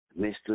Mr